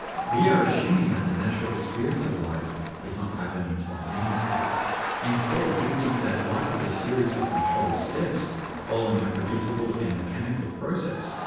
we are assuming that the natural experience of life is not happening spontaneously instead instead we think that life is a series of controlled steps following a predictable and mechanical process.